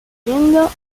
siguiendo